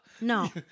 No